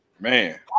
Man